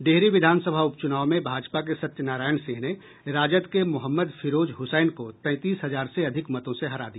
डिहरी विधानसभा उपचुनाव में भाजपा के सत्यनारायण सिंह ने राजद के मो फिरोज हुसैन को तैंतीस हजार से अधिक मतों से हरा दिया